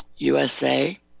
USA